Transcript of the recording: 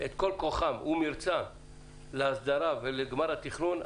את כל כוחם ומרצם להסדרה ולגמר התכנון.